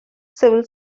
civil